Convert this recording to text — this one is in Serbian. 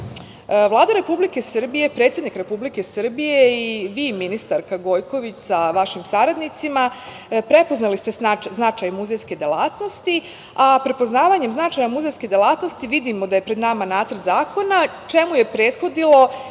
Republike Srbije, predsednik Republike Srbije i vi, ministarka Gojković, sa vašim saradnicima, prepoznali ste značaj muzejske delatnosti, a prepoznavanjem značaja muzejske delatnosti vidimo da je pred nama nacrt zakona, čemu je prethodilo i